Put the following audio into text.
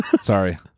Sorry